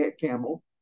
camel